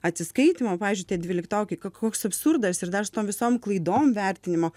atsiskaitymo pavyzdžiui tie dvyliktokai koks absurdas ir dar su tom visom klaidom vertinimo